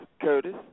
Curtis